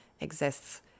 exists